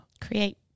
create